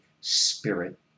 Spirit